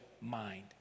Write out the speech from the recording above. mind